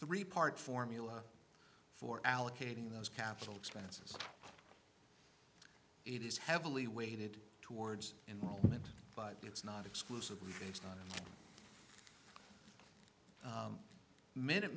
three part formula for allocating those capital expenses it is heavily weighted towards in the moment but it's not exclusively based on minute